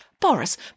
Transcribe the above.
Boris